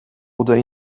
oder